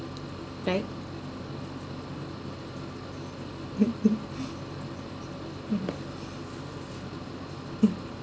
right hmm